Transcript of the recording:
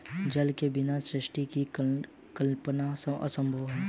जल के बिना सृष्टि की कल्पना असम्भव ही है